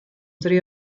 dri